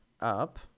up